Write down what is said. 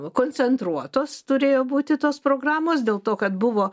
koncentruotos turėjo būti tos programos dėl to kad buvo